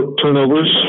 turnovers